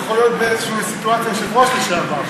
כי זה גם יכול להיות באיזושהי סיטואציה יושב-ראש לשעבר.